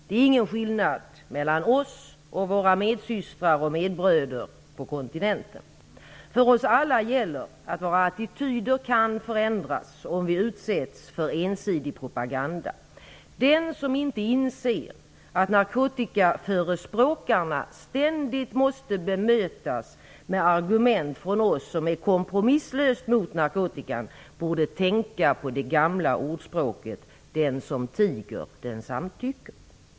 Det är ingen skillnad mellan oss och våra medsystrar och medbröder på kontinenten. För oss alla gäller att våra attityder kan förändras om vi utsätts för ensidig propaganda. Den som inte inser att narkotikaförespråkarna ständigt måste bemötas med argument från oss som är kompromisslöst mot narkotikan borde tänka på det gamla ordspråket "Den som tiger, den samtycker".